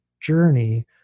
journey